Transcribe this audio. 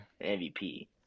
MVP